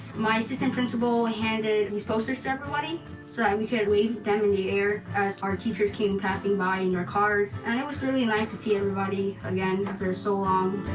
my assistant principal handed these posters to everybody so that and we could wave them in the air as our teachers came passing by in their cars. and it was really nice to see everybody again after so long.